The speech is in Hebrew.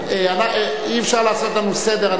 אי-אפשר לעשות לנו סדר.